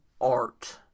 art